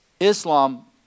Islam